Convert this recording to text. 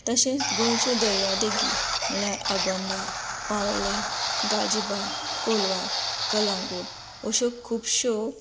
तशेच गोंयचे दर्यादेगी म्हणल्यार आगोंदा पाळोळें गालजीबाग कोलवा कळंगूट अश्यो खुबश्यो